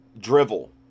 drivel